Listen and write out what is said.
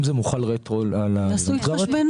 אם זה מוחל רטרואקטיבית, מוחזר.